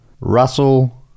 Russell